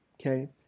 Okay